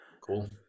Cool